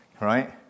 right